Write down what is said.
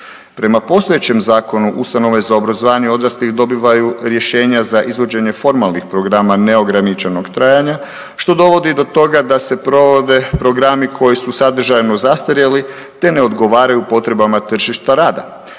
Prema postojećem zakonu ustanove za obrazovanje odraslih dobivaju rješenja za izvođenje formalnih programa neograničenog trajanja, što dovodi do toga da se provode programi koji su sadržajno zastarjeli te ne odgovaraju potrebama tržišta rada.